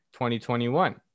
2021